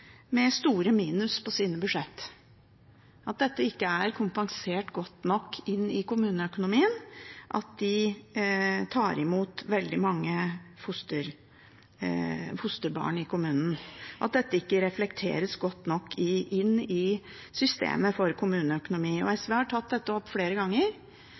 med store minus på sine budsjetter, at det at de tar imot veldig mange fosterbarn i kommunen ikke er kompensert godt nok i kommuneøkonomien, at dette ikke reflekteres godt nok i systemet for kommuneøkonomi. SV har tatt opp dette flere ganger.